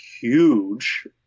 huge